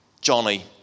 Johnny